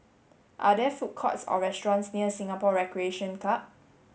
are there food courts or restaurants near Singapore Recreation Club